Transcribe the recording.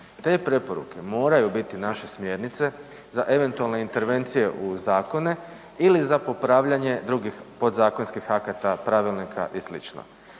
Te preporuke moraju biti naše smjernice za eventualne intervencije u zakone ili za popravljanje drugih podzakonskih akata, pravilnika i